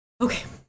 Okay